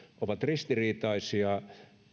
ovat ristiriitaisia